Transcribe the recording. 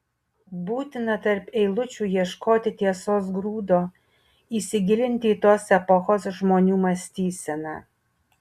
būtina tarp eilučių ieškoti tiesos grūdo įsigilinti į tos epochos žmonių mąstyseną